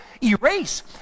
Erase